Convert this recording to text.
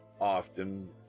often